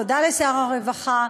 תודה לשר הרווחה,